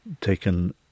taken